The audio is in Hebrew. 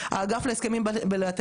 אני לא אומרת להם איך לעשות את זה.